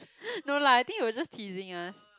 no lah I think he was just teasing us